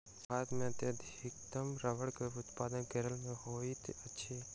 भारत मे अधिकतम रबड़ के उत्पादन केरल मे होइत अछि